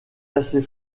assez